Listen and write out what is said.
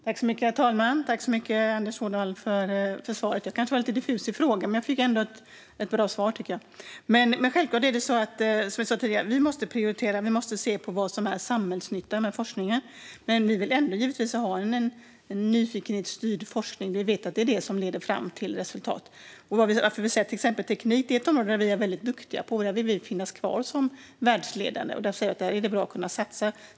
Herr talman! Tack så mycket, Anders Ådahl, för svaret! Jag var kanske lite diffus i frågan, men jag tycker ändå att jag fick ett bra svar. Som jag sa tidigare måste vi självklart prioritera och se på vad som är samhällsnyttan med forskningen. Men vi vill givetvis ändå ha en nyfikenhetsstyrd forskning, för vi vet att det är det som leder fram till resultat. Anledningen till att vi talar om teknik, till exempel, är att det är ett område Sverige är väldigt duktigt på. Vi vill finnas kvar som världsledande där, och det är bra att kunna satsa på det.